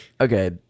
okay